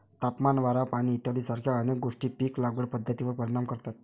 तापमान, वारा, पाणी इत्यादीसारख्या अनेक गोष्टी पीक लागवड पद्धतीवर परिणाम करतात